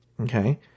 Okay